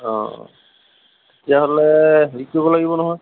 তেতিয়াহ'লে হেৰি কৰিব লাগিব নহয়